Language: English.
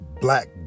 black